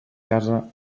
casa